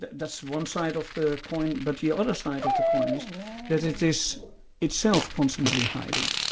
that's one side of the coin, but the other side of the coin is that it is itself constantly hiding.